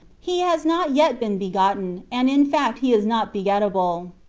he has not yet been begotten, and in fact he is not begettable.